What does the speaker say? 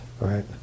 right